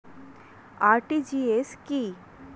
RTGS কি?